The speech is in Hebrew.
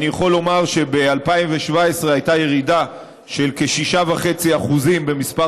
אני יכול לומר שב-2017 הייתה ירידה של כ-6.5% במספר